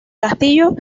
castillo